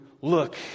look